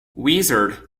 wizard